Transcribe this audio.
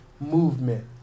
movement